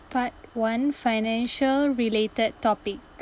part one financial related topic